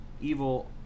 evil